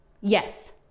Yes